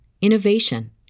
innovation